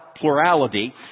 plurality